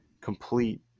complete